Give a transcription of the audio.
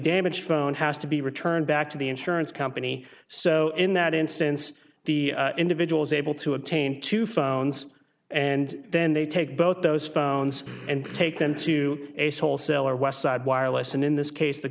damaged phone has to be returned back to the insurance company so in that instance the individual's able to obtain two phones and then they take both those phones and take them to a soul cell or westside wireless and in this case the